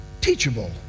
teachable